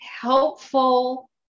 helpful